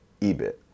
EBIT